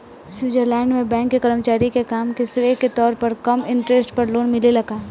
Switzerland में bank के कर्मचारी के काम के श्रेय के तौर पर कम इंटरेस्ट पर लोन मिलेला का?